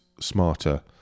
smarter